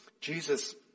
Jesus